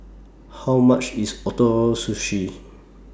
How much IS Ootoro Sushi